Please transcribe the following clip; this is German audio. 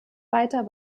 weiter